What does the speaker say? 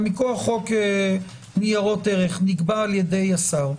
מכוח חוק ניירות ערך נקבע על-ידי השר.